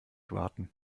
warten